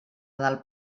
del